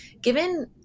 given